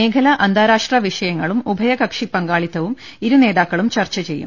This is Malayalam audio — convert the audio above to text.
മേഖല അന്താരാഷ്ട്ര വിഷയങ്ങളും ഉഭയകക്ഷി പങ്കാളിത്തവും ഇരു നേതാക്കളും ചർച്ച ചെയ്യും